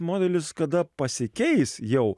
modelis kada pasikeis jau